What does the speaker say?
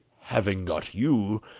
having got you,